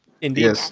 Indeed